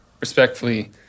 respectfully